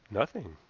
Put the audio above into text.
nothing.